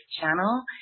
channel